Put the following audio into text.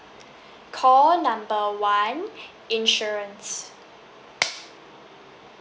call number one insurance